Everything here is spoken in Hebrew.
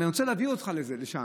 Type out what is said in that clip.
אני רוצה להביא אותך לשם,